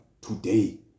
today